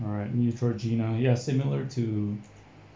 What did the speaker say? alright neutrogena ya similar to